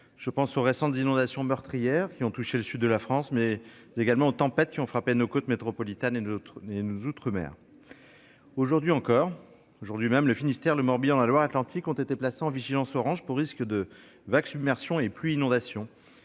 Je pense aux récentes inondations meurtrières qui ont touché le sud de la France, mais également aux tempêtes qui ont frappé nos côtes métropolitaines et nos outre-mer. Aujourd'hui encore, le Finistère, le Morbihan et la Loire-Atlantique ont été placés en vigilance orange pour risque de « vagues-submersion » et « pluie-inondation